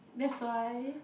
that's why